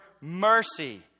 mercy